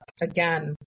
again